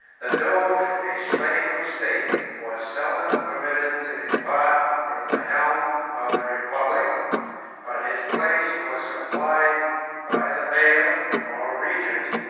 the doge, a slave of state, was seldom permitted to depart from the helm of the republic but his place was supplied by the bail, or regent,